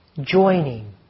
joining